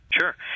Sure